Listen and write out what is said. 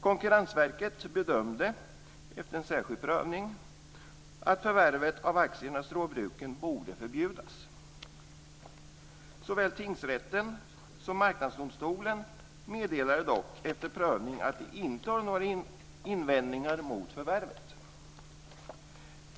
Konkurrensverket bedömde efter en särskild prövning att förvärvet av aktierna i Stråbruken borde förbjudas. Såväl tingsrätten som Marknadsdomstolen meddelade dock efter prövning att de inte hade några invändningar mot förvärvet.